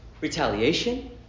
retaliation